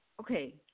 Okay